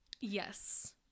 Yes